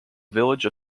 village